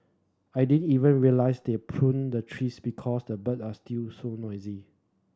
I didn't even realise they pruned the trees because the bird are still so noisy